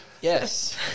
Yes